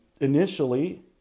initially